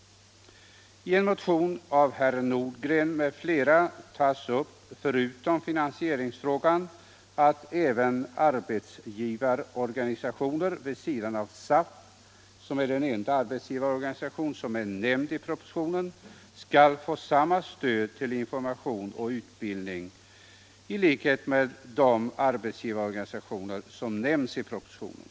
241 I en motion av herr Nordgren m.fl. tar han förutom finansieringsfrågan också upp kravet att även arbetsgivarorganisationer vid sidan av SAF — den enda arbetsgivarorganisation som är nämnd i propositionen — skall få samma stöd till information och utbildning som de arbetsgivarorganisationer som nämns i propositionen.